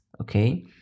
okay